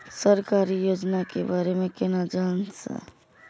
सरकारी योजना के बारे में केना जान से?